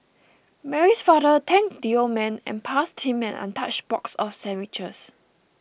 Mary's father thanked the old man and passed him an untouched box of sandwiches